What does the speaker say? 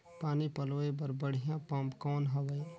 पानी पलोय बर बढ़िया पम्प कौन हवय?